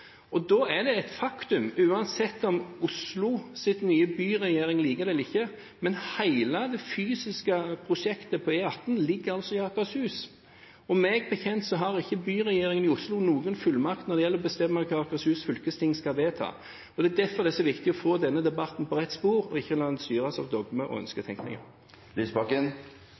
Da er det et faktum, uansett om Oslos nye byregjering liker det eller ikke, at hele det fysiske prosjektet på E18 ligger i Akershus, og meg bekjent har ikke byregjeringen i Oslo noen fullmakt når det gjelder å bestemme hva Akershus fylkesting skal vedta. Det er derfor det er så viktig å få denne debatten på rett spor og ikke la den styres av dogmer og